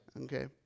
Okay